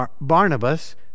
Barnabas